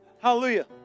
Hallelujah